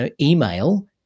email